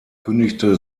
kündigte